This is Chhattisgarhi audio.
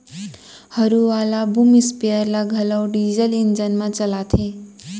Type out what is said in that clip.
हरू वाला बूम स्पेयर ल घलौ डीजल इंजन म चलाथें